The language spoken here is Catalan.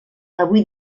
avui